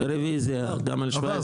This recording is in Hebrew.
רוויזיה גם על 17